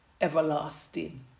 everlasting